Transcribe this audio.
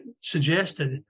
suggested